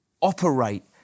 operate